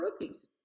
rookies